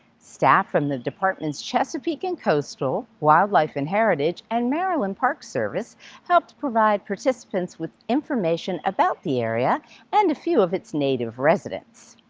staff from the department's chesapeake and coastal, wildlife and heritage, and maryland park service helped provide participants with information about the area and a few of its native residents.